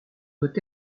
doit